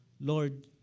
Lord